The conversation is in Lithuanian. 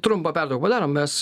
trumpą pertrauką padarom mes